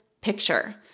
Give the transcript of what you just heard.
picture